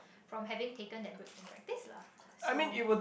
from having taken that break from practice lah so